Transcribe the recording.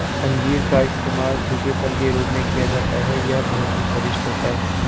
अंजीर का इस्तेमाल सूखे फल के रूप में किया जाता है यह बहुत ही स्वादिष्ट होता है